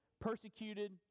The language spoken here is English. persecuted